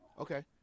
Okay